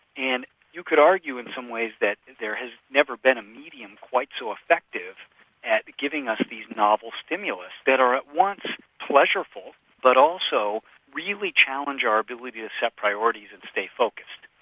and you could argue in some ways that there has never been a medium quite so effective at giving us these novel stimulus that are at once pleasureful but also really challenge our ability to set priority and stay focused.